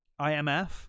IMF